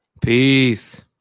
peace